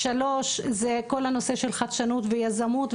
שלוש, זה כל הנושא של חדשנות ויזמות.